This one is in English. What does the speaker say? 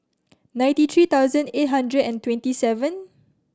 ninety three thousand eight hundred and twenty seven